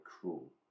cruel